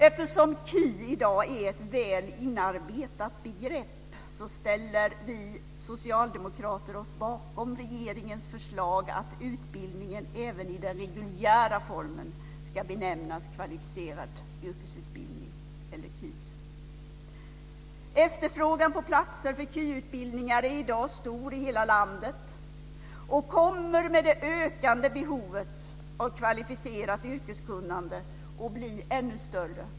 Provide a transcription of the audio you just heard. Eftersom KY i dag är ett väl inarbetat begrepp ställer vi socialdemokrater oss bakom regeringens förslag att utbildningen även i den reguljära formen ska benämnas Kvalificerad yrkesutbildning, KY. Efterfrågan på platser för kvalificerade yrkesutbildningar är i dag stor i hela landet och kommer med det ökande behovet av kvalificerat yrkeskunnande att bli ännu större.